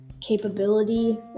capability